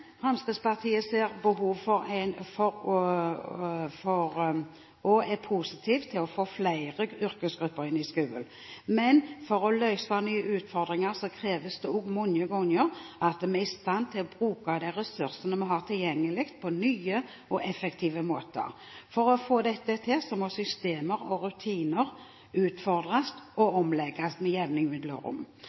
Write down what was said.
i skolen. Men for å løse nye utfordringer kreves det mange ganger at vi er i stand til å bruke de ressursene vi har tilgjengelig, på nye og effektive måter. For å få dette til må systemer og rutiner med jevne mellomrom utfordres og omlegges. Av og til må nye fullmakter gis. Det kan f.eks. være å gi PPT, i samråd med